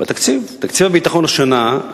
תקציב הביטחון השנה,